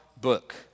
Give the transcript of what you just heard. book